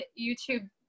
youtube